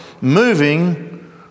moving